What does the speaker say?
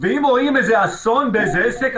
ואם רואים אסון באיזה עסק,